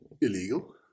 illegal